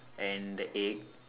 and the egg